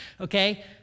okay